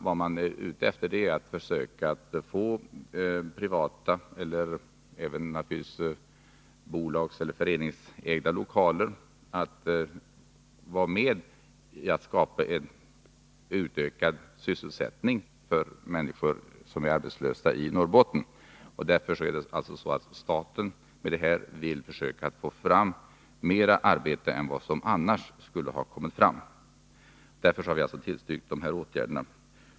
Vad man är ute efter är att försöka få fastighetsägare — såväl i privatägda som i bolagseller föreningsägda lokaler — att vara med om att skapa utökad sysselsättning för människor som är arbetslösa i Norrbotten. Staten vill alltså med detta försöka få fram mera arbete än vad som annars skulle ha funnits. Därför har vi tillstyrkt dessa åtgärder.